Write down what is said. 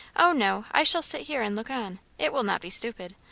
o no. i shall sit here and look on. it will not be stupid.